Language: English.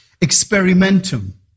experimentum